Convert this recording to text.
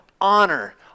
honor